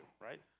Right